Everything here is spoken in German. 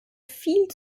viel